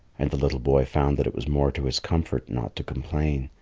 and the little boy found that it was more to his comfort not to complain.